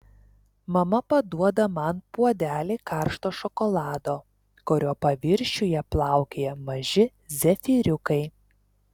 mama paduoda man puodelį karšto šokolado kurio paviršiuje plaukioja maži zefyriukai